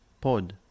Pod